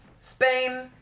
Spain